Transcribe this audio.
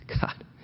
God